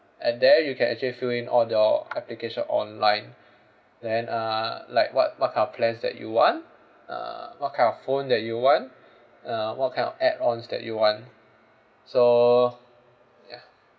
and there you can actually fill in all your application online then uh like what what kind of plans that you want uh what kind of phone that you want uh what kind of add ons that you want so ya